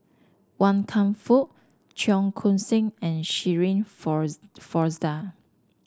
Wan Kam Fook Cheong Koon Seng and Shirin Fozdar